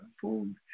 food